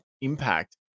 impact